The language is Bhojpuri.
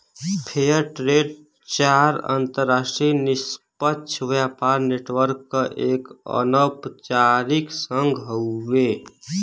फेयर ट्रेड चार अंतरराष्ट्रीय निष्पक्ष व्यापार नेटवर्क क एक अनौपचारिक संघ हउवे